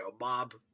mob